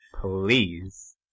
please